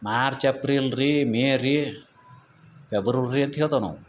March April ರೀ May ರೀ February ಅಂತ ಹೇಳ್ತೇವೆ ನಾವು